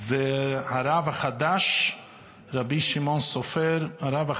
והרב החדש של קרקוב, רבי שמעון סופר.